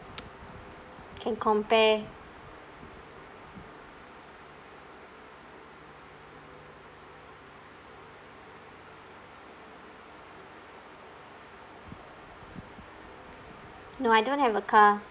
and compare no I don't have a car